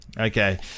okay